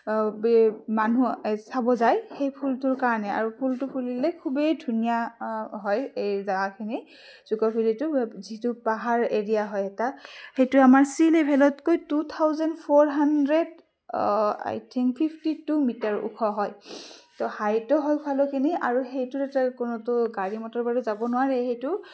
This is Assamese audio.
মানুহ চাব যায় সেই ফুলটোৰ কাৰণে আৰু ফুলটো ফুলিলে খুবেই ধুনীয়া হয় এই জাগাখিনি জুকো ভেলিটো যিটো পাহাৰ এৰিয়া হয় এটা সেইটোৱে আমাৰ চি লেভেলতকৈ two thousand four hundred I think fifty two metre ওখ হয় তহ হাইটো হয় ভালেখিনি আৰু সেইটো কোনোটো গাড়ী মটৰ বাৰু যাব নোৱাৰেই সেইটো